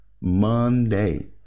Monday